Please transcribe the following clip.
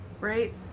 right